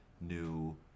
new